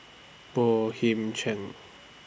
Boey Him Cheng